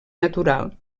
natural